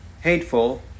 hateful